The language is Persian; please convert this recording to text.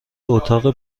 اتاق